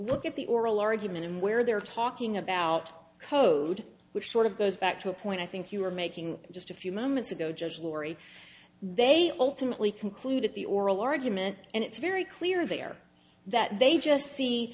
look at the oral argument and where they're talking about code which sort of goes back to a point i think you were making just a few moments ago just laurie they alternately concluded the oral argument and it's very clear there that they just see